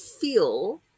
feel